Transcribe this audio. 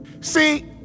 See